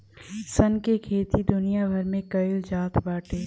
सन के खेती दुनिया भर में कईल जात बाटे